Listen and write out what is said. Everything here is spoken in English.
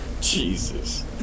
Jesus